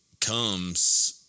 comes